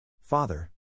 Father